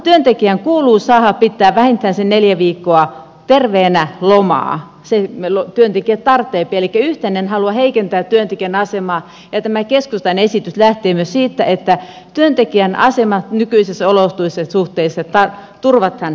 työntekijän kuuluu saada pitää vähintään se neljä viikkoa terveenä lomaa sen työntekijä tarvitseepi elikkä yhtään en halua heikentää työntekijän asemaa ja myös tämä keskustan esitys lähtee siitä että työntekijän asema nykyisissä olosuhteissa turvataan entisellään